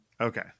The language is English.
okay